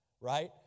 right